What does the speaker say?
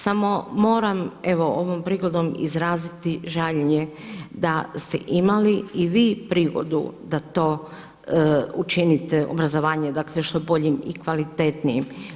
Samo moramo evo ovom prigodom izraziti žaljenje da ste i vi imali prigodu da to učinite, obrazovanje što bolje i kvalitetnijim.